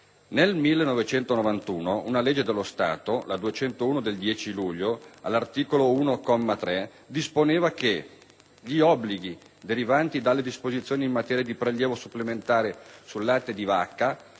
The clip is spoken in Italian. Nel 1991, una legge dello Stato, la n. 201 del 10 luglio, all'articolo 1, comma 3, disponeva: «Gli obblighi derivanti dalle disposizioni in materia di prelievo supplementare sul latte di vacca